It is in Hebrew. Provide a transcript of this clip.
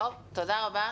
תודה רבה.